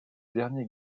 dernier